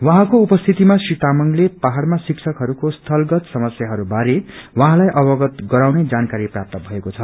उहाँको उपस्थितिमा श्री तामाङले पहाड़मा शिक्षकहरूले स्थलगत समस्याहरू बारे उहाँलाई अवगत गराउने जानकारी प्राप्त भएको छ